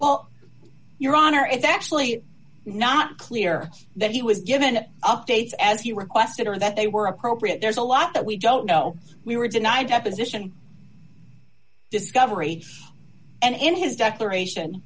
well your honor it's actually not clear that he was given updates as you requested or that they were appropriate there's a lot that we don't know we were denied deposition discovery and in his declaration